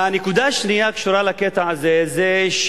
הנקודה השנייה הקשורה לקטע הזה היא,